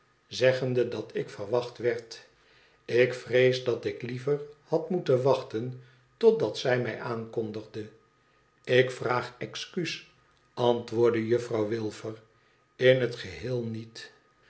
zeggende dat ik gewacht werd ik vrees dat ik liever had moeten wachten totdat zij mij aankondigde ik vraag excuus antwoordde jufifrouw wilfer in het geheel niet